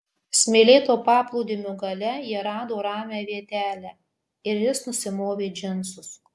smėlėto paplūdimio gale jie rado ramią vietelę ir jis nusimovė džinsus